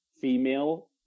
female